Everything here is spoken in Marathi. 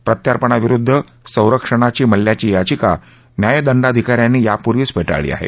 प्रत्यार्पणा विरुद्ध संरक्षणाची मल्ल्याची याविका न्यायदंडाधिका यांनी यापूर्वीच फेटाळली आहे